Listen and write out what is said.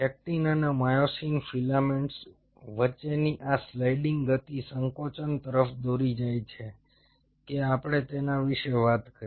actin અને myosin filaments વચ્ચેની આ સ્લાઇડિંગ ગતિ સંકોચન તરફ દોરી જાય છે કે આપણે તેના વિશે વાત કરી